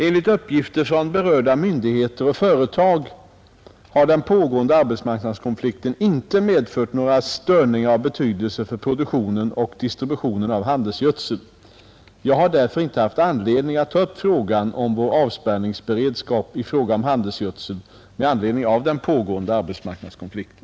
Enligt uppgifter från berörda myndigheter och företag har den pågående arbetsmarknadskonflikten inte medfört några störningar av betydelse för produktionen och distributionen av handelsgödsel. Jag har därför inte haft anledning att ta upp frågan om vår avspärrningsberedskap i fråga om handelsgödsel med anledning av den pågående arbetsmarknadskonflikten.